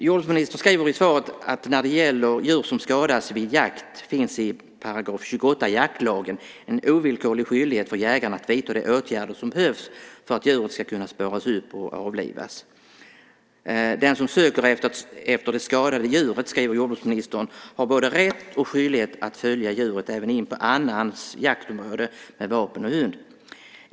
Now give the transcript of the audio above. Jordbruksministern skriver i svaret att när det gäller "djur som skadas vid jakt finns i 28 § jaktlagen en ovillkorlig skyldighet för jägaren att vidta de åtgärder som behövs för att djuret ska kunna spåras upp och avlivas. Den som söker efter det skadade djuret", skriver jordbruksministern, "har både rätt och skyldighet att följa djuret även in på annans jaktområde med vapen och hund.